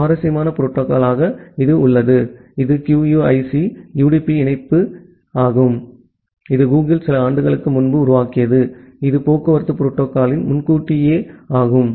சுவாரஸ்யமான புரோட்டோகால் வருகிறது இது QUIC QUIC UDP இணைய இணைப்பு இது கூகிள் சில ஆண்டுகளுக்கு முன்பு உருவாக்கியது இது போக்குவரத்து புரோட்டோகால்யின் முன்கூட்டியே ஆகும்